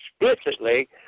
explicitly